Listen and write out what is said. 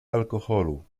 alkoholu